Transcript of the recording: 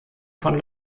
von